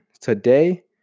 Today